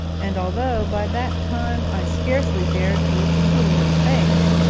and although by that time i scarcely dared to look a poodle in the face,